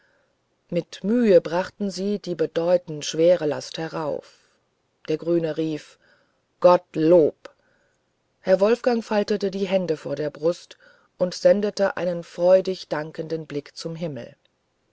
mit mühe brachten sie die bedeutend schwere last herauf der grüne rief gottlob herr wolfgang faltete die hände vor der brust und sendete einen freudig dankenden blick zum himmel